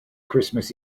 christmas